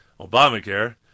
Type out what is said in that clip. Obamacare